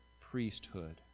priesthood